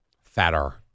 Fatter